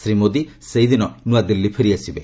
ଶ୍ରୀ ମୋଦି ସେହିଦିନ ନ୍ତଆଦିଲ୍ଲୀ ଫେରି ଆସିବେ